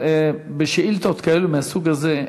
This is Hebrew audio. בשאילתות כאלה, מהסוג הזה,